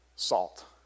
salt